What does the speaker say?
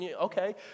Okay